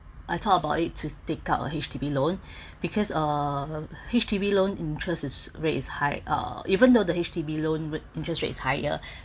I thought about it to take out a H_D_B loan because uh H_D_B loan interest is rates is high uh even though the H_D_B loan interest rates higher